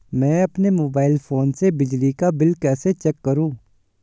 मैं अपने mobile phone से बिजली का बिल कैसे चेक करूं?